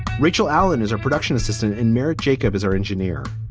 rachel allen is a production assistant in merritt. jacob is our engineer.